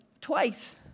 twice